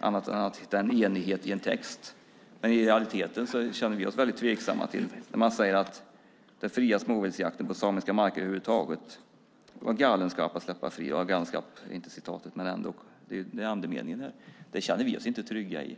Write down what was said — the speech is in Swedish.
annat än om enighet i en text. Men i realiteten känner vi oss väldigt tveksamma när man säger att det var galenskap att släppa småviltsjakten på samiska marker fri över huvud taget. Det var inte ett citat, men det är andemeningen. Det känner vi oss inte trygga i.